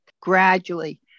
gradually